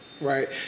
right